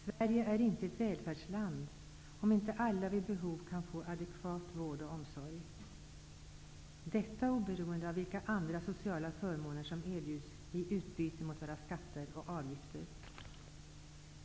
Sverige är inte ett välfärdsland om inte alla vid behov kan få adekvat vård och omsorg, obe roende av vilka andra sociala förmåner som er bjuds i utbyte mot våra skatter och avgifter.